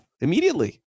immediately